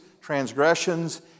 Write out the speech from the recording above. transgressions